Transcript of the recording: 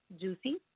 Juicy